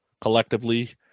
Collectively